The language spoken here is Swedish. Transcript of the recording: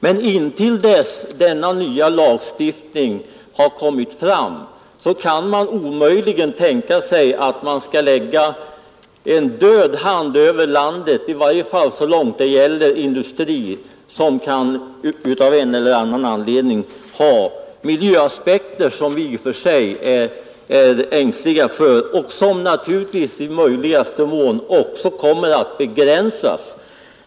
Men man kan omöjligen, i väntan på att denna lag skall stiftas, lägga en död hand över landet när det gäller industri med sådana miljöaspekter som vi är ängsliga för — och som naturligtvis i möjligaste mån kommer att begränsas.